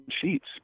sheets